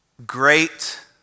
Great